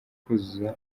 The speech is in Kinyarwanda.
kuzuza